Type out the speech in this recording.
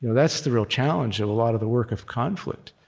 you know that's the real challenge of a lot of the work of conflict,